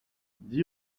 dix